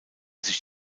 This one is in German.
sich